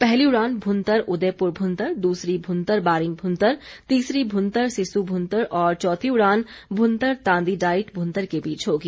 पहली उड़ान भुंतर उदयपुर भुंतर दूसरी भुंतर बारिंग भुंतर तीसरी भुंतर सिस्सु भुंतर और चौथी उड़ान भुंतर तांदी डाईट भुंतर के बीच होगी